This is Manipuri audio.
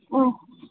ꯎꯝ